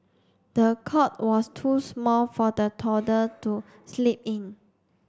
the cot was too small for the to sleep in